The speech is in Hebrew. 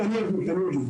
אני אגיד.